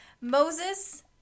Moses